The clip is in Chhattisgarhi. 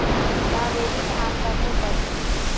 कावेरी धान बने उपजथे?